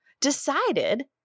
decided